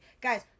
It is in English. Guys